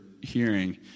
hearing